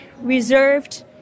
reserved